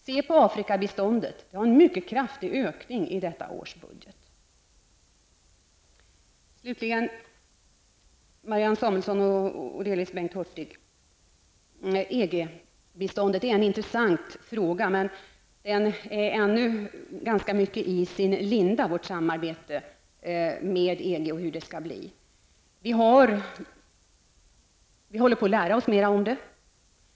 Se på Afrikabiståndet -- det sker en mycket kraftig ökning detta år. Hurtig: EG-biståndet är en intressant fråga. Men vårt samarbete med EG är ännu ganska mycket i sin linda, vi håller på att lära oss mera om det.